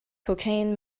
cocaine